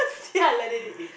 yeah lah